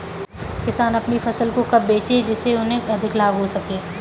किसान अपनी फसल को कब बेचे जिसे उन्हें अधिक लाभ हो सके?